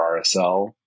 RSL